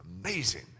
amazing